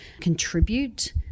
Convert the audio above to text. contribute